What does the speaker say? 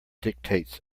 dictates